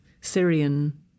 Syrian